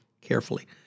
carefully